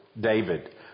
David